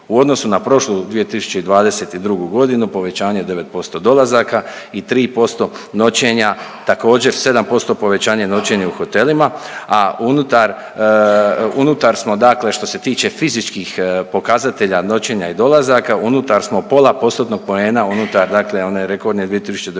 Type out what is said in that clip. U odnosu na prošlu 2022. g., povećanje 9% dolazaka i 3% noćenja, također, 7% povećanje noćenja u hotelima, a unutar, unutar smo dakle što se tiče fizičkih pokazatelja noćenja i dolazaka, unutar smo pola postotnog poena unutar dakle one rekordne 2019.